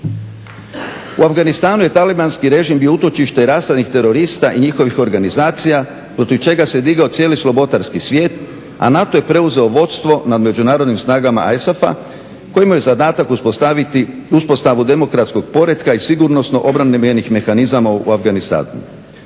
U Afganistanu je talibanski režim bio utočište i rasadnik terorista i njihovih organizacija protiv čega se digao cijeli slobodarski svijet, a NATO je preuzeo vodstvo nad međunarodnim snagama ISAF-a koji imaju zadatak uspostavu demokratskog poretka i sigurnosno-obrambenih mehanizama u Afganistanu.